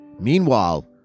Meanwhile